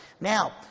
Now